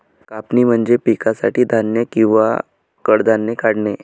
कापणी म्हणजे पिकासाठी धान्य किंवा कडधान्ये काढणे